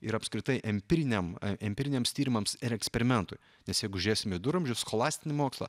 ir apskritai empiriniam empiriniams tyrimams ir eksperimentui nes jeigu žiūrėsime viduramžius scholastinį mokslą